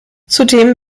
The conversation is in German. zudem